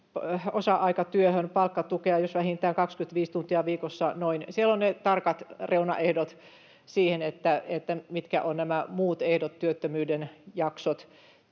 osa-aikatyöhön palkkatukea, jos on vähintään noin 25 tuntia viikossa — siellä on ne tarkat reunaehdot siihen, mitkä ovat nämä muut ehdot, työttömyyden jaksot,